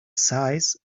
size